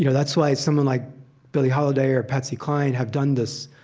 you know that's why someone like billie holiday or patsy cline have done this.